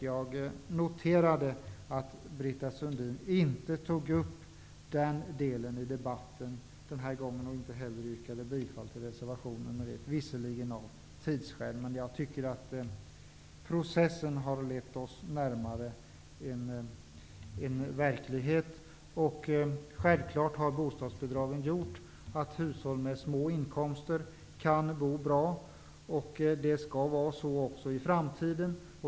Jag noterade att Britta Sundin inte tog upp den delen i debatten den här gången och inte heller yrkade bifall till reservationen, om än av tidsskäl. Jag tycker att processen har lett oss närmare verkligheten. Självklart har bostadsbidragen gjort att hushåll med små inkomster kan bo bra. Det skall vara så också i framtiden.